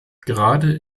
gerade